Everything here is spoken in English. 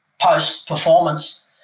post-performance